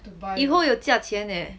以后有价钱 leh